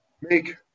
make